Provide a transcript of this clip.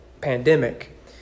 pandemic